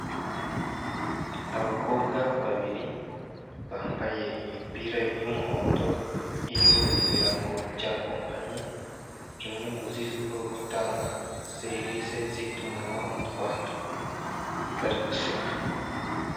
Abakobwa babiri bambaye imipira y'umuhondo iriho ibirango bya kompanyi imwe mu zizwiho gutanga serivisi z'itumanaho mu Rwanda bari guseka.